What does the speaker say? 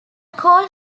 call